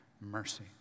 mercy